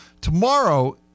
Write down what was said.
Tomorrow